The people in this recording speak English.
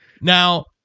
now